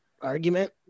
argument